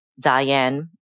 diane